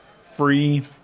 free